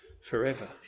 forever